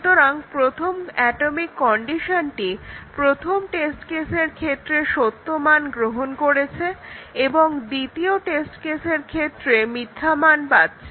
সুতরাং প্রথম অ্যাটমিক কন্ডিশনটি প্রথম টেস্ট কেসের ক্ষেত্রে সত্য মান গ্রহণ করছে এবং দ্বিতীয় টেস্ট কেসের ক্ষেত্রে মিথ্যা মান পাচ্ছে